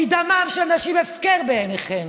כי דמן של נשים הפקר בעיניכם.